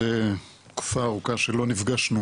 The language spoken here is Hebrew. אחרי תקופה ארוכה שלא נפגשנו,